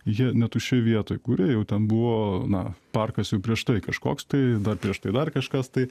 jie ne tuščioj vietoj kūrė jau ten buvo na parkas jau prieš tai kažkoks tai dar prieš tai dar kažkas tai